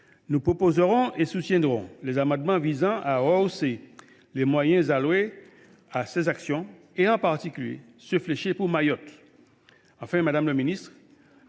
Nous proposerons donc et soutiendrons les amendements visant à rehausser les moyens alloués à ces actions, en particulier ceux qui sont fléchés pour Mayotte.